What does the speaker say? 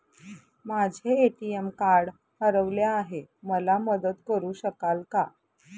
माझे ATM card हरवले आहे, मला मदत करु शकाल का?